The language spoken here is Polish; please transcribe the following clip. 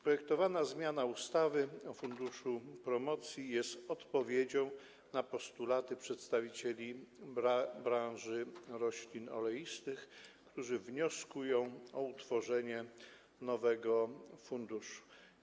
Projektowana zamiana ustawy o funduszach promocji jest odpowiedzią na postulaty przedstawicieli branży roślin oleistych, którzy wnioskują o utworzenie nowego funduszu.